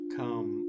come